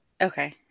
Okay